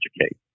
educate